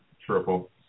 Triple